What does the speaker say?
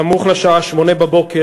סמוך לשעה 08:00,